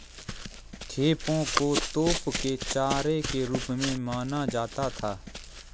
खेपों को तोप के चारे के रूप में माना जाता था